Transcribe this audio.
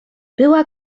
była